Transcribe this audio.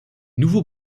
nouveaux